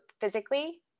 physically